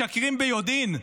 משקרים ביודעין,